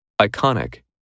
Iconic